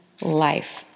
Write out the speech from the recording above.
life